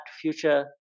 future